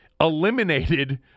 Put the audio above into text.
eliminated